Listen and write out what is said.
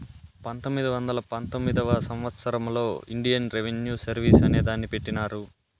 పంతొమ్మిది వందల పంతొమ్మిదివ సంవచ్చరంలో ఇండియన్ రెవిన్యూ సర్వీస్ అనే దాన్ని పెట్టినారు